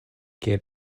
kiel